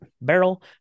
barrel